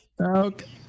Okay